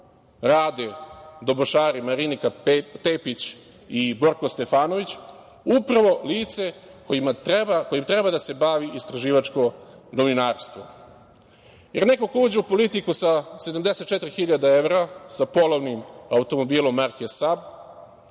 rade dobošari Marinika Tepić i Borko Stefanović upravo lice kojim treba da se bavi istraživačko novinarstvo, jer neko ko uđe u politiku sa 74 hiljade evra, sa polovnim automobilom marke „Saab“